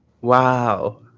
Wow